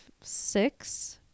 six